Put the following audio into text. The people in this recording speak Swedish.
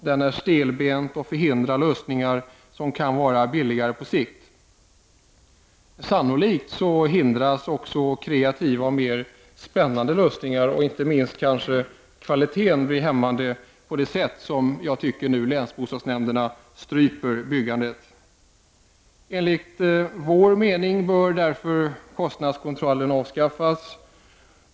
Den är stelbent och förhindrar lösningar som kan vara billigare på sikt. Sannolikt hindras också kreativa och spännande lösningar och inte minst kvaliteten, genom det sätt på vilket länsbostadsnämnderna nu stryper byggandet. Kostnadskontrollen bör därför enligt vår mening avskaffas.